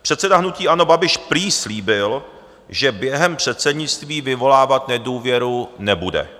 Předseda hnutí ANO Babiš prý slíbil, že během předsednictví vyvolávat nedůvěru nebude.